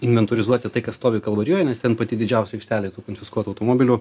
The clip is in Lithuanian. inventorizuoti tai kas stovi kalvarijoj nes ten pati didžiausia aikštelė konfiskuotų automobilių